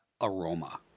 aroma